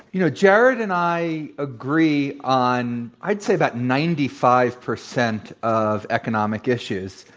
you know, jared and i agree on i'd say about ninety five percent of economic issues.